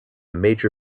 major